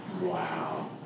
Wow